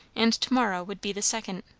and to-morrow would be the second.